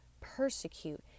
persecute